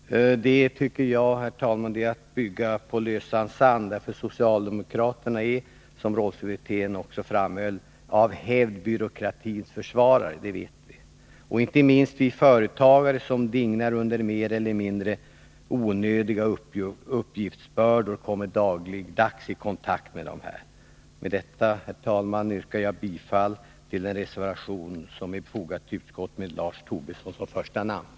Det tycker jag är att bygga på lösan sand. Socialdemokraterna är, som Rolf Wirtén också framhöll, av hävd byråkratins försvarare — det vet vi. Inte minst vi företagare, som dignar under mer eller mindre onödiga uppgiftsbördor, kommer dagligen i kontakt med denna byråkrati. Med detta, herr talman, yrkar jag bifall till den reservation med Lars Tobisson som första namn som är fogad till utskottets betänkande.